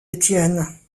étienne